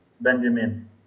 Benjamin